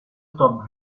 stop